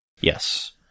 Yes